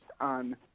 on